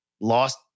lost